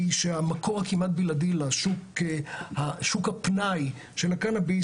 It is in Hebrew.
היא שהמקור הכמעט בלעדי לשוק הפנאי של הקנביס,